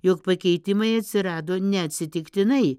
jog pakeitimai atsirado neatsitiktinai